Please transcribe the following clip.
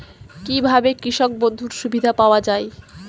কি ভাবে কৃষক বন্ধুর সুবিধা পাওয়া য়ায়?